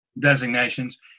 designations